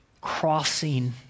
Crossing